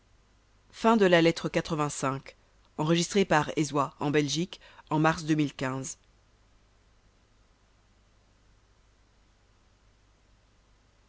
autre lettre de